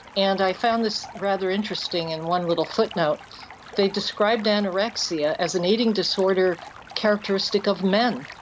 and i found this rather interesting, in one little footnote they described anorexia as an eating disorder characteristic of men.